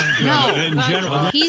No